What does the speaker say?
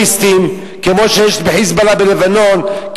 כמו שיש "חיזבאללה" בלבנון,